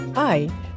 Hi